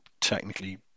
technically